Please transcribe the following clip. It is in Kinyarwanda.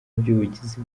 by’ubugizi